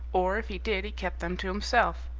or, if he did, he kept them to himself.